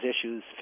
issues